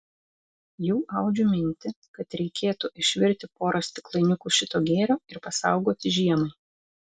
jau audžiu mintį kad reikėtų išvirti porą stiklainiukų šito gėrio ir pasaugoti žiemai